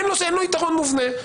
אין לו יתרון מובנה.